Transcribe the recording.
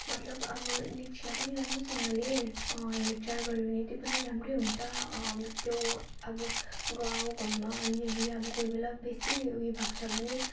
मतलब अब लिचीलाई पनि राम्रोसँगले हेरचाह गर्यो भने त्यो पनि राम्रै हुन्छ त्यो अब गाउँ घरमा अलि अलि अब कोही बेला बेसी उयो भएको छ भने